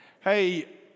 Hey